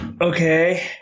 Okay